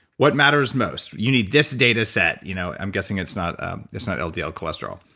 what matters most, you need this data set, you know i'm guessing it's not it's not ldl cholesterol.